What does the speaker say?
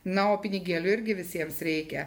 na o pinigėlių irgi visiems reikia